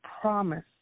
promise